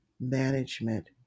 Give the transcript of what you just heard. management